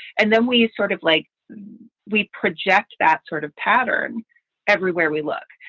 and then we sort of like we project that sort of pattern everywhere we look.